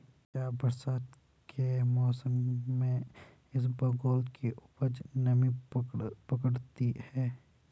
क्या बरसात के मौसम में इसबगोल की उपज नमी पकड़ती है?